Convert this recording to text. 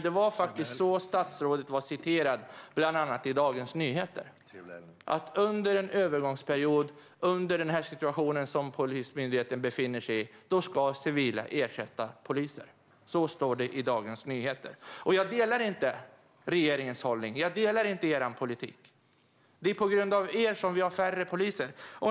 Det var faktiskt så statsrådet var citerad, bland annat i Dagens Nyheter - under en övergångsperiod, i den situation som Polismyndigheten befinner sig i, ska civila ersätta poliser. Så står det i Dagens Nyheter. Jag delar inte regeringens hållning. Jag delar inte er politik. Det är på grund av er som vi har färre poliser.